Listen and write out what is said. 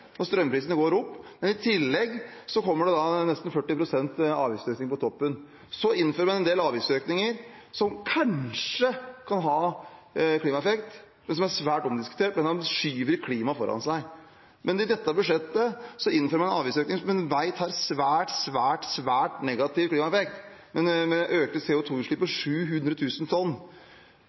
Strømprisene går opp, men i tillegg kommer det nesten 40 pst. avgiftsøkning på toppen. Så innfører man en del avgiftsøkninger som kanskje kan ha klimaeffekt, men som er svært omdiskutert. Man skyver klimaet foran seg. I dette budsjettet innfører man avgiftsøkninger som man vet har svært, svært negativ klimaeffekt, med økte CO2-utslipp på 700 000 tonn.